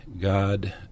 God